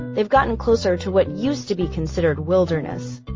they've gotten closer to what used to be considered wilderness,